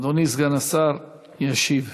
אדוני סגן השר ישיב.